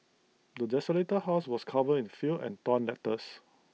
the desolated house was covered in filth and torn letters